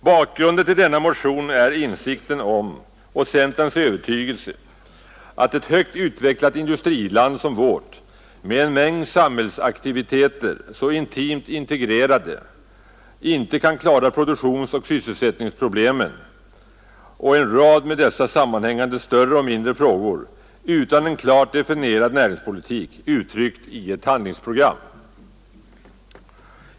Bakgrunden till denna motion är insikten om och centerns övertygelse att ett högt utvecklat industriland som vårt, med en mängd samhällsaktiviteter så intimt integrerade, inte kan klara produktionsoch sysselsättningsproblemen och en rad med dessa sammanhängande större och mindre frågor utan en klart definierad näringspolitik, uttryckt i ett handlingsprogram.